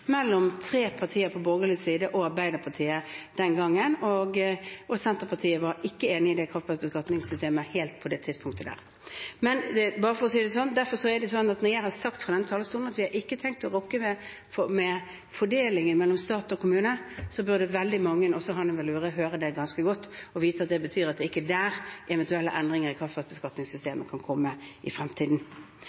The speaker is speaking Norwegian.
mellom tre partier på borgerlig side og Arbeiderpartiet den gangen – og Senterpartiet var ikke enig i det kraftverksbeskatningssystemet helt på det tidspunktet. Men, bare for å si det sånn: Når jeg har sagt fra denne talerstolen at vi ikke har tenkt å rokke ved fordelingen mellom stat og kommune, burde veldig mange, også Hanne Velure, høre det ganske godt og vite at det betyr at det er ikke der eventuelle endringer i kraftverksbeskatningssystemet kan komme i fremtiden.